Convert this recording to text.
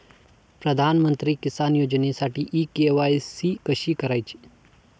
प्रधानमंत्री किसान योजनेसाठी इ के.वाय.सी कशी करायची?